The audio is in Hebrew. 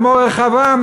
כמו רחבעם,